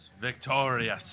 victorious